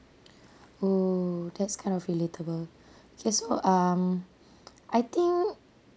oh that's kind of relatable okay so um I think